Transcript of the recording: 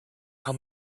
how